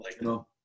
No